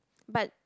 but